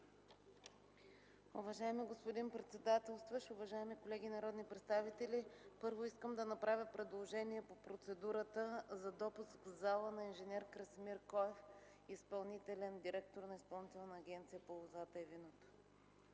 Уважаеми господин председател, уважаеми колеги народни представители! Първо искам да направя предложение по процедурата за допуск в залата на инж. Красимир Коев – изпълнителен директор на Изпълнителната агенция по лозата и виното.